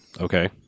Okay